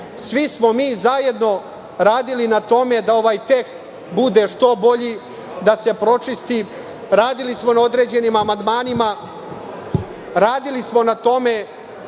svi smo mi zajedno radili na tome da ovaj tekst bude što bolji, da se pročisti, radili smo na određenim amandmanima, radili smo na tome